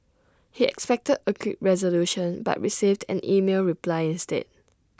he expected A quick resolution but received an email reply instead